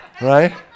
right